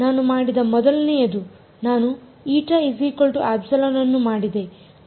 ನಾನು ಮಾಡಿದ ಮೊದಲನೆಯದು ನಾನು η＝ε ಅನ್ನು ಮಾಡಿದೆ